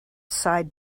side